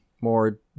more